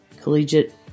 Collegiate